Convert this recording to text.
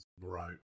Right